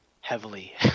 heavily